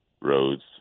roads